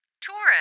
Taurus